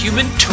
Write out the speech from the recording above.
Human